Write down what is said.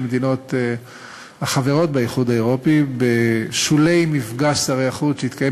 מדינות החברות באיחוד האירופי בשולי מפגש שרי החוץ שהתקיים